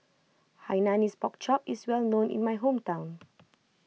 Hainanese Pork Chop is well known in my hometown